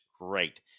great